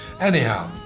Anyhow